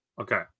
Okay